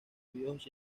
dios